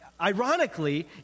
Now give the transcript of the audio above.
ironically